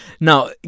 Now